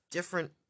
Different